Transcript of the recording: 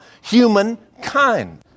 humankind